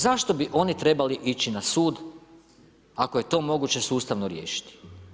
Zašto bi oni trebali ići na sud ako je to moguće sustavno riješiti?